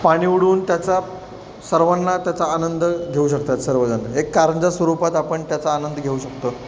पाणी उडवून त्याचा सर्वांना त्याचा आनंद घेऊ शकतात सर्वजणं एक कारंजा स्वरूपात आपण त्याचा आनंद घेऊ शकतो